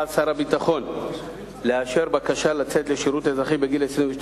על שר הביטחון לאשר בקשה לצאת לשירות אזרחי בגיל 22,